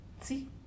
See